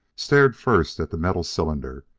stared first at the metal cylinder,